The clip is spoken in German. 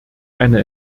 eine